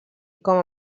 com